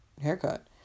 haircut